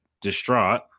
distraught